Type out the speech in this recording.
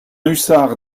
hussard